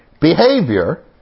behavior